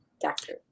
doctor